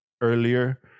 earlier